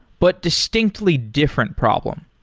but distinctly different problem.